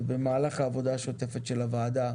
אם תרצו להביא במהלך העבודה השוטפת של הוועדה